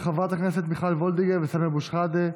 של חברי הכנסת מיכל וולדיגר וסמי אבו שחאדה.